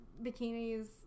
bikinis